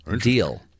Deal